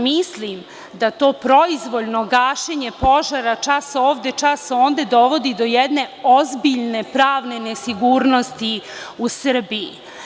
Mislim da to proizvoljno gašenje požara čas ovde, čas onde, dovodi do jedne ozbiljne pravne nesigurnosti u Srbiji.